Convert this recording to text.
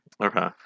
Okay